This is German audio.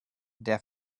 der